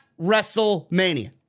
WrestleMania